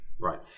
right